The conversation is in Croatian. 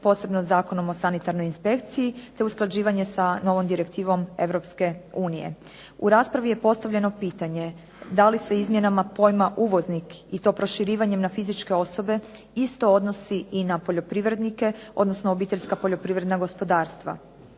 posebno Zakonom o sanitarnoj inspekciji te usklađivanje sa novom direktivom Europske unije. U raspravi je postavljeno pitanje, da li se izmjenama pojma uvoznik i to proširenja na fizičke osobe isto odnosi i na poljoprivrednike odnosno na poljoprivredna obiteljska